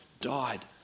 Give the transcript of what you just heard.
died